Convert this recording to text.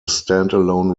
standalone